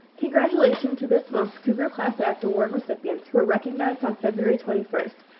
congratulation to this month's cougar class act award recipients who are recognized on february twenty first.